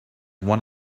one